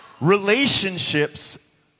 Relationships